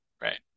Right